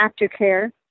aftercare